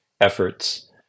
efforts